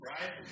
Right